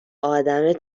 آدم